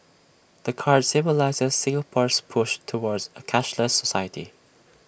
the card symbolises Singapore's push towards A cashless society